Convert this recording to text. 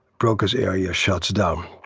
broca's area shuts down.